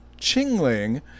Chingling